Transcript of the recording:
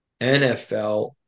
NFL